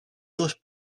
los